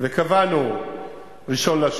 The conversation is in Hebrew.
וקבענו 1 ביוני,